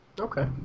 Okay